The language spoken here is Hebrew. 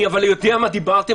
אני יודע על מה דיברתם,